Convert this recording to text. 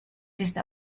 esta